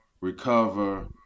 recover